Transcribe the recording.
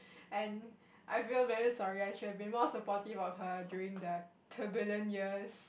and I feel very sorry I should have been more supportive of her during the turbulent years